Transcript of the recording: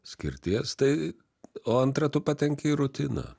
skirties tai o antra tu patenki į rutiną